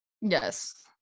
Yes